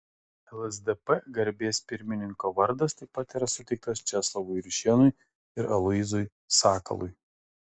lsdp garbės pirmininko vardas taip pat yra suteiktas česlovui juršėnui ir aloyzui sakalui